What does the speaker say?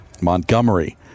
Montgomery